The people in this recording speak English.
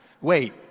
Wait